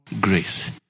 grace